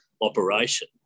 operation